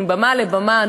מבמה לבמה,